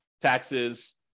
taxes